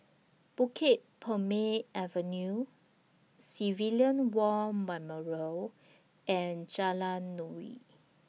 Bukit Purmei Avenue Civilian War Memorial and Jalan Nuri